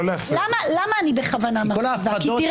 למה אני בכוונה מרחיבה --- כל ההפחדות